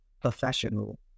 professional